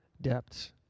depths